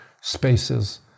spaces